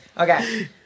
Okay